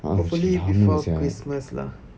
hopefully christmas lah